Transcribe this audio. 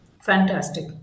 Fantastic